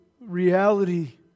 reality